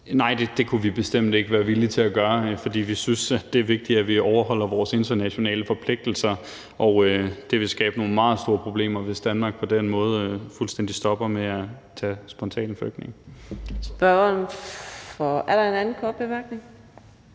Nej, det kunne vi bestemt ikke være villige til at gøre, for vi synes, det er vigtigt, at vi overholder vores internationale forpligtelser. Det vil skabe nogle meget store problemer, hvis Danmark på den måde fuldstændig stopper med at tage imod spontane asylansøgere. Kl. 18:56 Fjerde